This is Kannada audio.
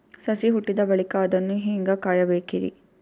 ಸಸಿ ಹುಟ್ಟಿದ ಬಳಿಕ ಅದನ್ನು ಹೇಂಗ ಕಾಯಬೇಕಿರಿ?